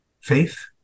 faith